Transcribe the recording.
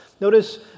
Notice